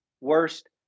Worst